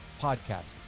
podcast